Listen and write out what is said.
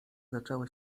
zaczęła